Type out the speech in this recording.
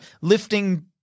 Lifting